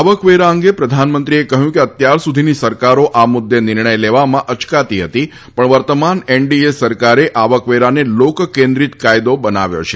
આવકવેરા અંગે પ્રધાનમંત્રીએ કહ્યું કે અત્યાર સુધીની સરકારો આ મુદ્દે નિર્ણય લેવામાં અચકાતી હતી પણ વર્તમાન એનડીએ સરકારે આવકવેરાને લોક કેન્દ્રીત કાયદો બનાવ્યો છે